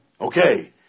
Okay